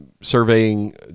surveying